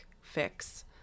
fix